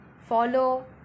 follow